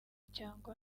cyangwa